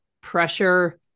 pressure